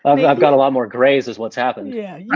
um yeah i've got a lot more grays is what's happened. yeah yeah,